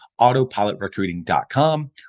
autopilotrecruiting.com